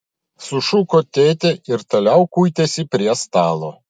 sušuko tėtė ir toliau kuitėsi prie stalo